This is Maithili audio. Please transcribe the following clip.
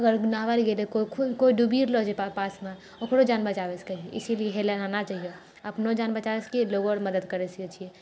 अगर नहावय लेल गेलै कोइ खुद कोइ डुबिए रहल छै प पासमे ओकरो जान बचाबय सकै छी इसीलिये हेलय लेल आना चाहिए अपनो जान बचा सकी लोगो आओर मदद करि सकै छी